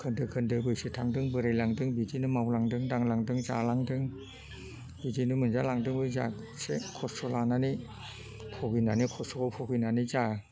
खोन्दो खोन्दो बैसो थांदों बोरायलांदों बिदिनो मावलांदों दांलांदों जालांदों बेजोंनो मोनजालांदोंबो जा एसे खस्थ' लानानै भुगिनानै खस्थ'खौ भुगिनानै जा